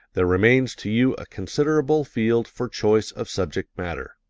there remains to you a considerable field for choice of subject matter.